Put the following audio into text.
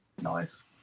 Nice